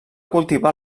cultivar